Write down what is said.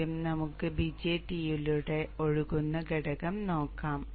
ആദ്യം നമുക്ക് BJT യിലൂടെ ഒഴുകുന്ന ഘടകം നോക്കാം